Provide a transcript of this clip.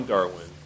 Darwin